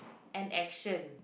and action